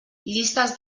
llistes